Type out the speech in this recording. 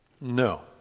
No